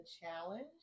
challenge